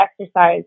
exercise